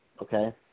okay